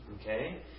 okay